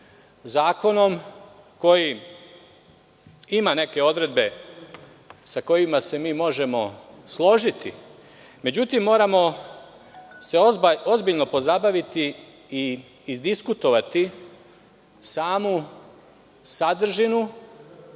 zakonom koji ima neke odredbe, sa kojima se mi možemo složiti, međutim moramo se ozbiljno pozabaviti i izdiskutovati samu sadržinu